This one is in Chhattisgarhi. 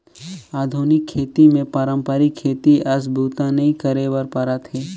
आधुनिक खेती मे पारंपरिक खेती अस बूता नइ करे बर परत हे